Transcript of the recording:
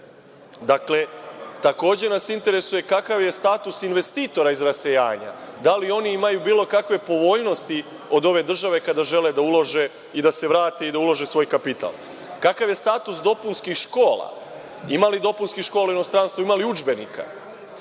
dijaspori? Takođe nas interesuje – kakav je status investitora iz rasejanja? Da li oni imaju bilo kakve povoljnosti od ove države kada žele da ulože i da se vrate i da ulože svoj kapital? Kakav je status dopunskih škola? Ima li dopunske škole u inostranstvu? Ima li učenika?